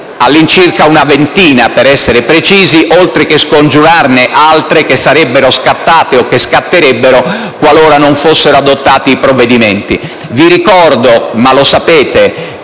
(all'incirca una ventina, per essere precisi), oltre che scongiurarne altre che sarebbero scattate o che scatterebbero qualora non fossero adottati i provvedimenti. Vi ricordo - ma, certamente